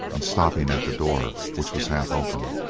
and stopping at the door, which was half open.